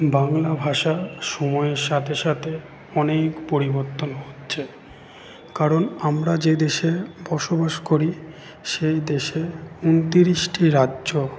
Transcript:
বাংলা ভাষা সময়ের সাথে সাথে অনেক পরিবর্তন হচ্ছে কারণ আমরা যে দেশে বসবাস করি সেই দেশে ঊনত্রিশটি রাজ্য